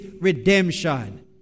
redemption